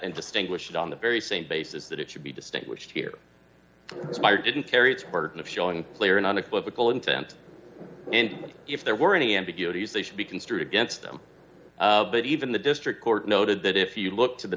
and distinguish it on the very same basis that it should be distinguished here didn't carry the burden of showing clear and unequivocal intent and if there were any ambiguities they should be construed against them but even the district court noted that if you look to the